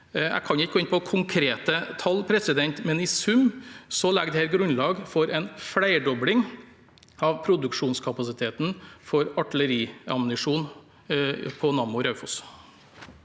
Jeg kan ikke gå inn på konkrete tall, men i sum legger dette et grunnlag for en flerdobling av produksjonskapasiteten for artilleriammunisjon på Nammo Raufoss.